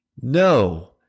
No